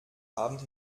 abend